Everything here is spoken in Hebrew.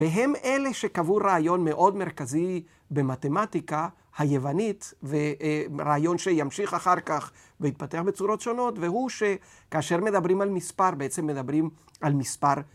והם אלה שקבעו רעיון מאוד מרכזי במתמטיקה היוונית, ורעיון שימשיך אחר כך והתפתח בצורות שונות, והוא שכאשר מדברים על מספר, בעצם מדברים על מספר